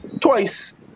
Twice